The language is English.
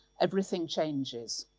everything changes.